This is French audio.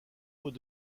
haut